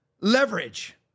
Leverage